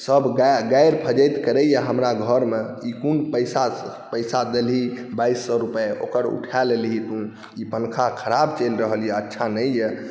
सब गारि फज्झति करैए हमरा घरमे कि कोन पइसा देलही बाइस सओ रुपैआ ओकर खा लेलही तू ई पँखा खराब चलि रहल अइ अच्छा नहि अइ